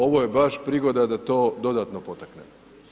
Ovo je baš prigoda da to dodatno potaknemo.